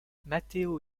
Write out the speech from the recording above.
matteo